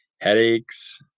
headaches